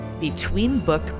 between-book